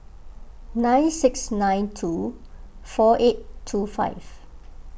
nine six nine two four eight two five